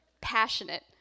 passionate